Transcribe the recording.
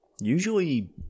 Usually